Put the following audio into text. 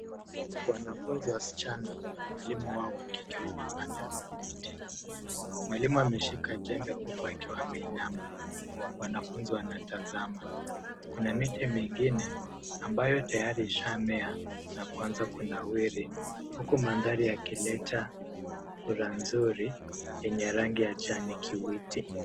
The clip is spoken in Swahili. Wanafunzi wasichana na mwalimu wao wa kike wanapanda miti. Mwalimu ameshika jembe huku akiwa ameinama. Wanafunzi wanatazama. Kuna miti mingine ambayo tayari ishaamea na kuanza kunawiri, huku mandhari yakileta sura nzuri yenye rangi ya kijani kibichi.